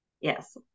Yes